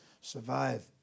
survive